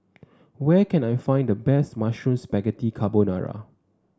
where can I find the best Mushroom Spaghetti Carbonara